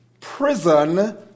Prison